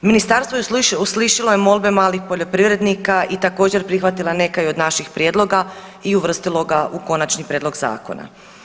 Ministarstvo je uslišalo molbe malih poljoprivrednika i također prihvatila neka i od naših prijedloga i uvrstilo ga u konačni prijedlog zakona.